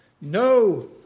No